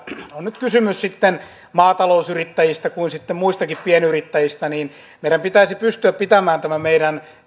on nyt kysymys sitten maatalousyrittäjistä tai sitten muistakin pienyrittäjistä meidän pitäisi pystyä pitämään tämä meidän